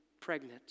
pregnant